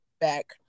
back